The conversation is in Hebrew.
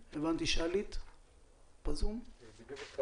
יש לנו הטבות מס במס